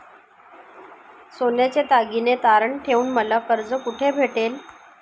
सोन्याचे दागिने तारण ठेवून मला कर्ज कुठे भेटेल?